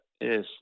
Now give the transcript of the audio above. yes